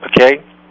Okay